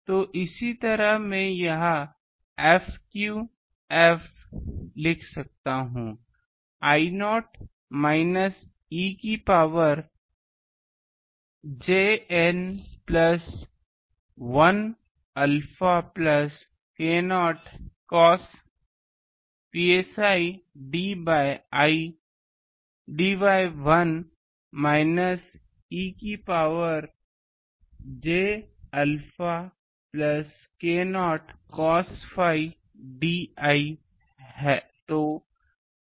तो इसी तरह मैं यहां Fqf लिख सकता हूं I0 माइनस e की power j N plus 1 alpha plus k0 cos psi d by 1 minus e की power j alpha plus k0 cos phi d